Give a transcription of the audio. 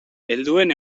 helduen